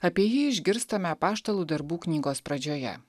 apie jį išgirstame apaštalų darbų knygos pradžioje